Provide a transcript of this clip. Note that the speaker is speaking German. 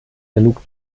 genug